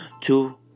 Two